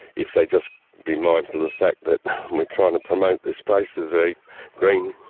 if they just be mindful of the fact that we're trying to promote this place as a green,